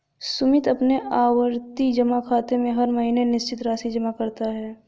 सुमित अपने आवर्ती जमा खाते में हर महीने निश्चित राशि जमा करता है